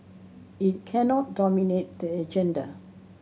it cannot dominate the agenda